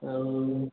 ଆଉ